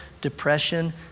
depression